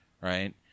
Right